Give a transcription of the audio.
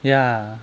ya